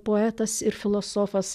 poetas ir filosofas